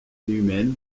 humaine